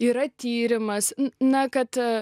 yra tyrimas na kad